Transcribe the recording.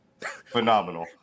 phenomenal